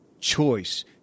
choice